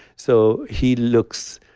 so he looks.